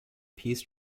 peace